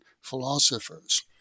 philosophers